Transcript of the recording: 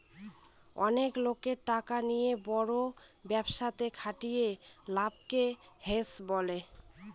অনেক লোকের টাকা নিয়ে বড় ব্যবসাতে খাটিয়ে লাভকে হেজ বলে